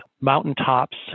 mountaintops